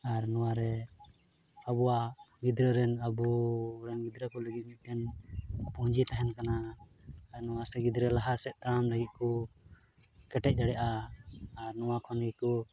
ᱟᱨ ᱱᱚᱣᱟᱨᱮ ᱟᱵᱚᱣᱟᱜ ᱜᱤᱫᱽᱨᱟᱹ ᱨᱮᱱ ᱟᱵᱚᱨᱮᱱ ᱜᱤᱫᱽᱨᱟᱹ ᱠᱚ ᱞᱟᱹᱜᱤᱫ ᱢᱤᱫ ᱴᱷᱮᱱ ᱯᱩᱸᱡᱤ ᱛᱟᱦᱮᱱ ᱠᱟᱱᱟ ᱟᱨ ᱱᱚᱣᱟᱛᱮ ᱜᱤᱫᱽᱨᱟᱹ ᱞᱟᱦᱟᱥᱮᱫ ᱛᱟᱲᱟᱢ ᱞᱟᱹᱜᱤᱫ ᱠᱚ ᱠᱮᱴᱮᱡ ᱫᱟᱲᱮᱭᱟᱜᱼᱟ ᱟᱨ ᱱᱚᱣᱟ ᱠᱷᱚᱱ ᱜᱮᱠᱚ